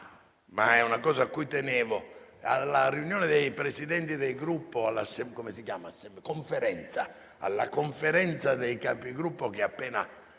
ma è una cosa a cui tenevo. Alla Conferenza dei Capigruppo, appena